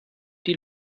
die